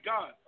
God